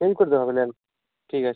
করে দেওয়া হবে লাইন ঠিক আছে